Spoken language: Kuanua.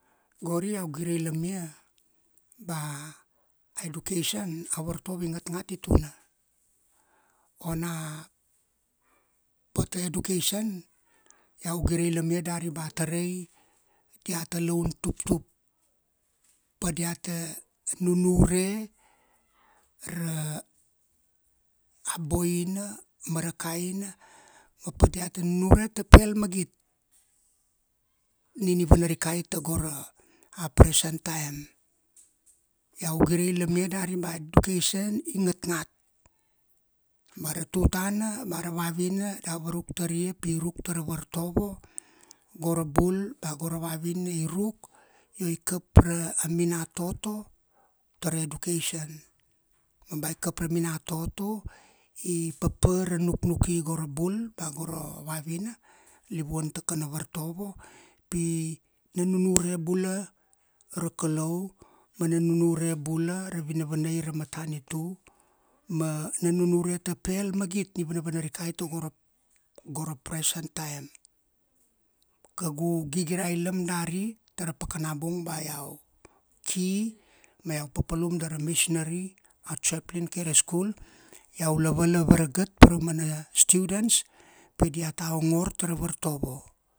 Gori iau gire ilamia ba education a vartovo i ngatngat ituna. Ona pata education, iau gire ilamia ba tarai diata laun tuptup. Pa diata nunure ra aboina ma ra kaina ma pa diata nunure ta pel magit nin i wanarikai tago ra present time. iau gire ilamia ba education i ngatngat, mara tutana mara vavina iau waruk taria pi i ruk tara vartovo go ra bul ba gora vavina i ruk io i kap ra minatoto tara education. ma ba i kap ra minatoto, i papa ra nuknuki go ra bul ba go ra vavina livuan ta kana wartovo pi na nunure bula ra kalau mana nunure bula ra vinavanei ra matanitu ma na nunure ta pel magit i vanvanarikai tago ra gora present time. Kaugu gigirailam dari tara pakanabung ba iau ki ma iau papalum dara missionary, a chaplin kai ra school, iau la vala varagat pa ra mana students pi diata ongor tara vartovo.